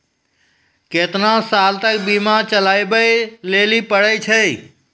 केतना साल तक बीमा चलाबै लेली पड़ै छै?